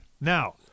Now